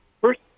First